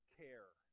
care